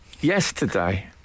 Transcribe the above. yesterday